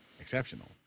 exceptional